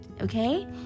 Okay